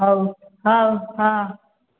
ହେଉ ହେଉ ହଁ